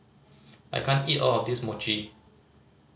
I can't eat all of this Mochi